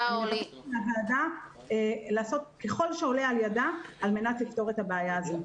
אני מבקשת מן הוועדה לעשות ככל שעולה בידה על מנת לפתור את הבעיה הזו.